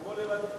תבוא לוועדת הכנסת,